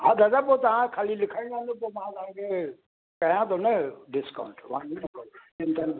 हा दादा पोइ तव्हां ख़ाली लिखाईंदा वञो पोइ मां तव्हां खे कयां थो न डिस्काऊंट चिंता न कयो हा